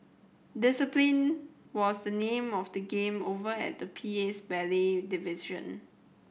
discipline was the name of the game over at the P A's ballet division